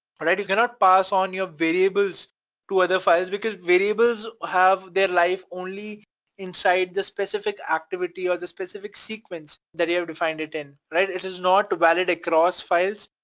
alright, you cannot pass on your variables to other files because variables have their life only inside the specific activity or the specific sequence that you have defined it in, right? it is not valid across files.